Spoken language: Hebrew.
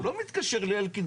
הוא לא מתקשר לאלקין,